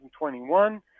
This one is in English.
2021